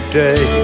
day